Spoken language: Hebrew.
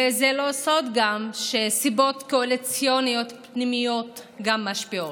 וזה לא סוד שגם סיבות קואליציוניות פנימיות גם משפיעות.